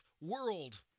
world